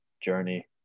journey